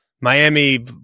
Miami